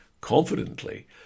confidently